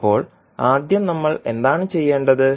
ഇപ്പോൾ ആദ്യം നമ്മൾ എന്താണ് ചെയ്യേണ്ടത്